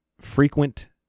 frequent